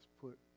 put